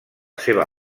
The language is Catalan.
seva